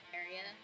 area